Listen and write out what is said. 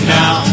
now